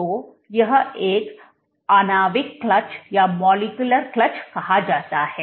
तो यह एक आणविक क्लच कहा जाता है